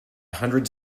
hundreds